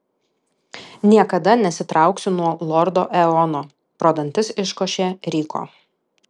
niekada nesitrauksiu nuo lordo eono pro dantis iškošė ryko